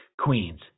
queens